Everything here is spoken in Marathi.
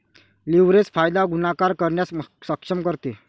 लीव्हरेज फायदा गुणाकार करण्यास सक्षम करते